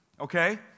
okay